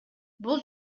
бул